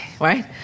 right